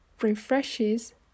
refreshes